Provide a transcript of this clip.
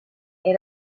era